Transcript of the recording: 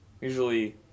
usually